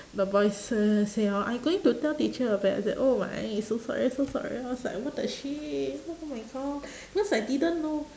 the boys uh say oh I going to tell teacher about it I said oh my so sorry so sorry I was like what the shit oh my god because I didn't know